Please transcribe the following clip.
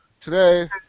today